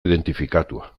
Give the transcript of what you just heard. identifikatua